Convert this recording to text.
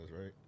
right